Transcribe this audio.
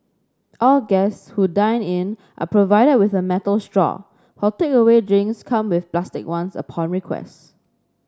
all guests who dine in are provided with a metal straw while takeaway drinks come with plastic ones upon request